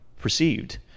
perceived